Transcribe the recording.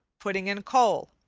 putting in coal,